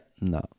No